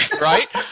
Right